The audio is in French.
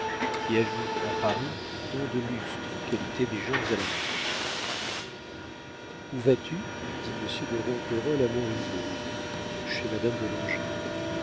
qui ajoutent à paris tant de lustre aux qualités des gens à la mode où vas-tu dit monsieur de ronquerolles à montriveau chez madame de langeais